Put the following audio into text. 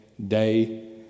day